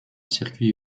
circuit